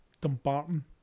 Dumbarton